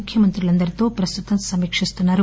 ముఖ్యమంత్రులందరితో ప్రస్తుతం సమీకిస్తున్నారు